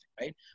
right